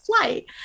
flight